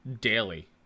daily